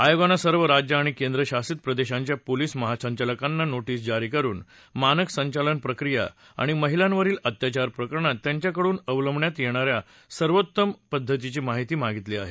आयोगानं सर्व राज्य आणि केंद्रशासित प्रदेशांच्या पोलिस महासंचालकाना नोटिस जारी करुन मानक संचालन प्रक्रिया आणि महिलांवरील अत्याचार प्रकरणात त्यांच्याकडून अवलंबात येणा या सर्वात्तम पद्धतीची माहिती मागितली आहे